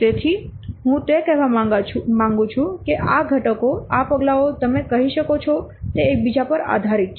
તેથી હું તે કહેવા માંગું છું કે આ ઘટકો આ પગલાંઓ તમે કહી શકો છો તે એકબીજા પર આધારિત છે